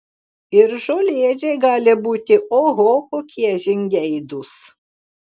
ir žolėdžiai gali būti oho kokie žingeidūs